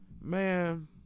Man